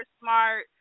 smart